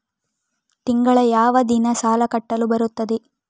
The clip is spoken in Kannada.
ತಿಂಗಳ ಯಾವ ದಿನ ಸಾಲ ಕಟ್ಟಲು ಬರುತ್ತದೆ?